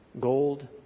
gold